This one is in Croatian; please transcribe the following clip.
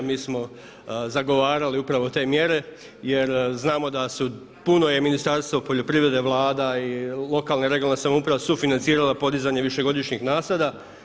Mi smo zagovarali upravo te mjere jer znamo da su, puno je Ministarstvo poljoprivrede, Vlada i lokalna i regionalna samouprava sufinancirale podizanje višegodišnjih nasada.